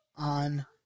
on